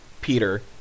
Peter